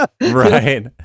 Right